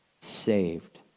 saved